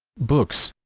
books